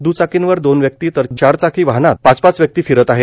द्चाकींवर दोन व्यक्ती तर चार चाकी वाहनांत पाच पाच व्यक्ती फिरत आहे